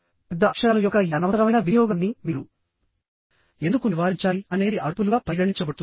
పెద్ద అక్షరాలు యొక్క ఈ అనవసరమైన వినియోగాన్ని మీరు ఎందుకు నివారించాలి అనేది అరుపులుగా పరిగణించబడుతుంది